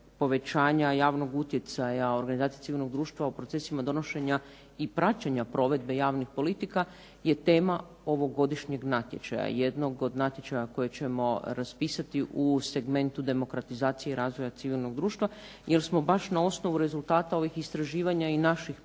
povećanja javnog utjecaja organizacije civilnog društva u procesima donošenja i praćenja provedbe javnih politika, je tema ovogodišnjeg natječaja. Jednog od natječaja koje ćemo raspisati u segmentu demokratizacije i razvoja civilnog društva, jer smo baš na osnovu rezultata ovih istraživanja i naših praćenja